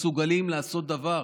מסוגלים לעשות דבר.